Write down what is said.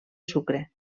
sucre